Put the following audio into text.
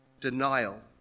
denial